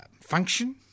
function